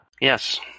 Yes